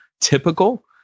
typical